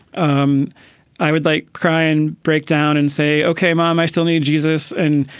um i would like cry and break down and say, okay, mom, i still need jesus. and,